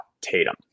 tatum